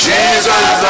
Jesus